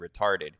retarded